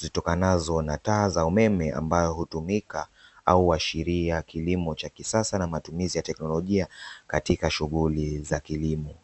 zitokanazo na taa za umeme ambayo hutumika au huashiria kilimo cha kisasa na matumizi ya teknolojia katika shughuli za kilimo.